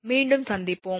மீண்டும் சந்திப்போம்